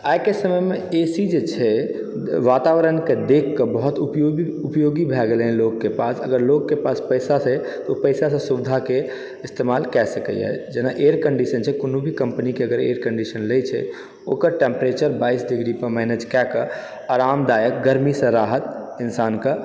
आइके समयमे A C जे छै वातावरणके देखकऽ बहुत उपयोगी भए गेलय हन लोककेँ पास अगर लोककेँ पास पैसा छै तऽ ऊ पैसा से सुविधाके इस्तेमाल कए सकइयऽ जेना एयर कन्डीशन छै कोनो भी कम्पनी के अगर एयर कन्डीशन लेइ छै ओकर टेम्प्रेचर बाइस डिग्री पर मैनेज कए कऽ आरामदायक गर्मी से इन्सानकऽ राहत मिल